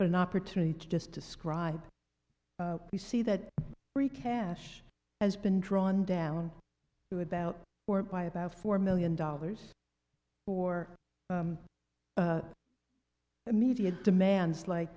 d an opportunity to just describe you see that free cash has been drawn down to about four by about four million dollars or immediate demands like